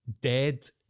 dead